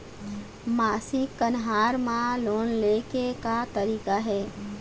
मासिक कन्हार म लोन ले के का तरीका हे?